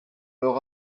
leur